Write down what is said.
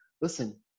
listen